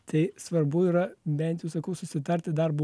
tai svarbu yra bent jau sakau susitarti darbo